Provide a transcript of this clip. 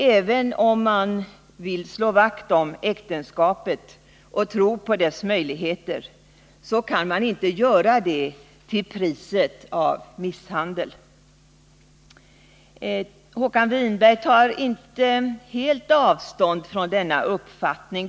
Även om man vill slå vakt om äktenskapet och tro på dess möjligheter, kan man inte göra det till priset av misshandel. Håkan Winberg tar inte helt avstånd från denna uppfattning.